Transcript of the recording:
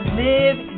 live